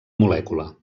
molècula